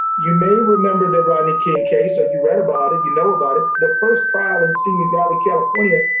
you may remember the rodney king case or you read about it, you know about it. the first trial in simi valley, california,